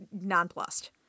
nonplussed